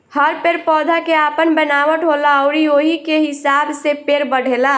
हर पेड़ पौधा के आपन बनावट होला अउरी ओही के हिसाब से पेड़ बढ़ेला